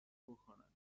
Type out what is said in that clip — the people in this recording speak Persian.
بکنند